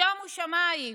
שומו שמיים.